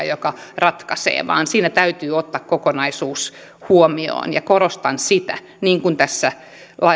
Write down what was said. joka ratkaisee vaan siinä täytyy ottaa kokonaisuus huomioon korostan sitä niin kuin tässä